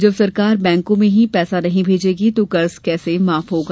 जब सरकार बैंकों में ही पैसा नहीं भेजेगी तो कर्जा कैसे माफ होगा